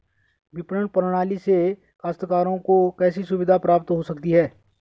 विपणन प्रणाली से काश्तकारों को कैसे सुविधा प्राप्त हो सकती है?